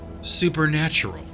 supernatural